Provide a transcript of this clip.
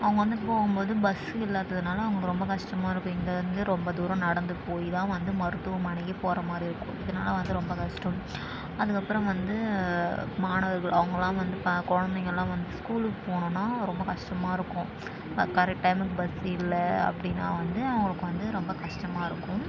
அவங்க வந்து போகும்போது பஸ் இல்லாததுனால் அவங்களுக்கு கஷ்டமாக இருக்கும் இங்கேயிருந்து ரொம்ப தூரம் நடந்து போய் தான் வந்து மருத்துவமனைக்கே போகிற மாதிரி இருக்கும் இதனால் வந்து ரொம்ப கஷ்டம் அதுக்கப்புறம் வந்து மாணவர்கள் அவங்களாம் வந்து குழந்தைங்கள்லாம் வந்து ஸ்கூலுக்கு போகணுன்னா ரொம்ப கஷ்டமாக இருக்கும் கரெக்ட் டைமுக்கு பஸ் இல்லை அப்படின்னா வந்து அவங்களுக்கு வந்து ரொம்ப கஷ்டமா இருக்கும்